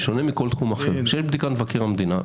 בשונה מכל תחום אחר שיש בדיקת מבקר המדינה,